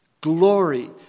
Glory